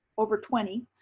over twenty,